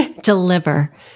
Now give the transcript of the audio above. Deliver